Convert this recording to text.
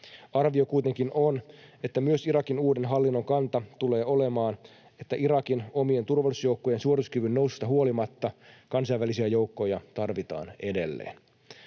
Arvio kuitenkin on, että myös Irakin uuden hallinnon kanta tulee olemaan, että Irakin omien turvallisuusjoukkojen suorituskyvyn noususta huolimatta kansainvälisiä joukkoja tarvitaan edelleen.